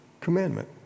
commandment